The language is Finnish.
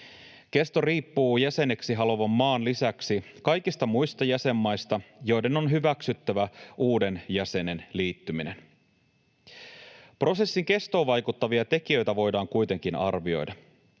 Kesto riippuu jäseneksi haluavan maan lisäksi kaikista muista jäsenmaista, joiden on hyväksyttävä uuden jäsenen liittyminen. Prosessin kestoon vaikuttavia tekijöitä voidaan kuitenkin arvioida.